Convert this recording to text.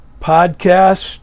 Podcast